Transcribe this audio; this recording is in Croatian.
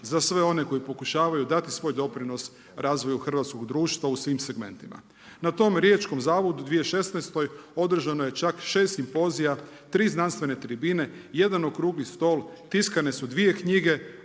za sve one koji pokušavaju dati svoj doprinos razvoju hrvatskog društva u svim segmentima. Na tom riječkom zavodu u 2016. održano je čak 6 simpozija, 3 znanstvene tribine, jedan okrugli stol, tiskane su dvije knjige